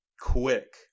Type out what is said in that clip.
quick